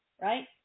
right